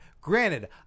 Granted